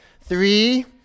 Three